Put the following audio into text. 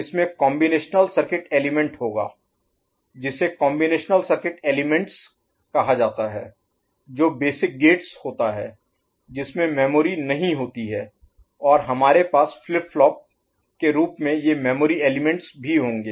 इसमें combinational circuit element होगा जिसे कॉम्बिनेशनल सर्किट एलीमेंट्स कहा जाता है जो बेसिक गेट्स होता है जिसमें मेमोरी नहीं होती है और हमारे पास फ्लिप फ्लॉप के रूप में ये मेमोरी एलीमेंट्स भी होंगे